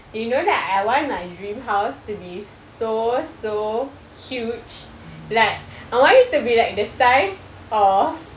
you know like I want my dream house to be so so huge like I want it to be like the size of